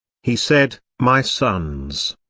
he said, my sons!